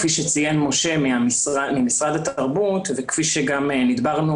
כפי שציין משה ממשרד התרבות וכפי שנדברנו